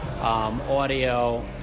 audio